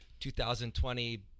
2020